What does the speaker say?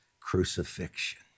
crucifixion